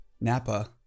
Napa